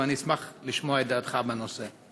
ואני אשמח לשמוע את דעתך בנושא.